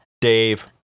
Dave